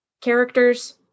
characters